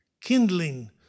Kindling